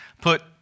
put